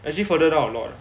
actually further down a lot